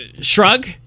shrug